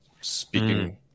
speaking